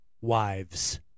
wives